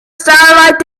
starlight